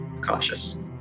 Cautious